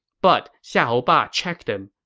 but xiahou ba checked him.